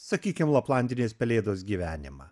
sakykim laplandinės pelėdos gyvenimą